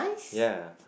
ya